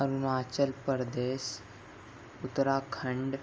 Arunachal Pradesh Uttarakhand